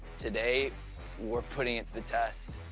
today we're putting it to the test,